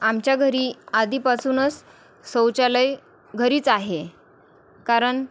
आमच्या घरी आधीपासूनच शौचालय घरीच आहे कारण